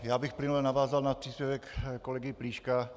Já bych plynule navázal na příspěvek kolegy Plíška.